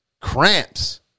cramps